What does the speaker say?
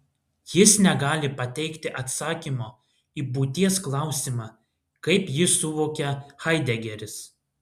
jis negali pateikti atsakymo į būties klausimą kaip jį suvokia haidegeris